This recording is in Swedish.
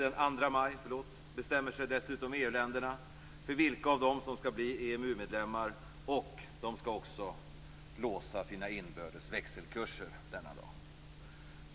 Den 2 maj bestämmer sig dessutom EU länderna för vilka av dem som skall bli EMU medlemmar. De skall också låsa sina inbördes växelkurser denna dag.